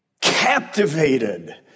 captivated